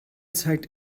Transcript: zeigt